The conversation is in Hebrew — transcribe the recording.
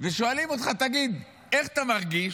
ושואלים אותך: תגיד, איך אתה מרגיש?